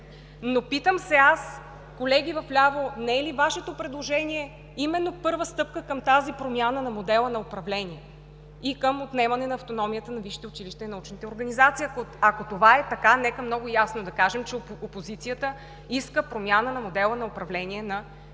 Но питам се аз, колеги в ляво, не е ли Вашето предложение именно първа стъпка към тази промяна на модела на управление и към отнемане на автономията на висшите училища и научните организации? Ако това е така, нека много ясно да кажем, че опозицията иска промяна на модела на управление на висшите училища